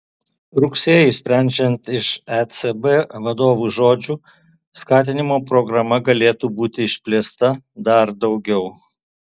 rugsėjį sprendžiant iš ecb vadovų žodžių skatinimo programa galėtų būti išplėsta dar daugiau